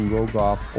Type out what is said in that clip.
Rogoff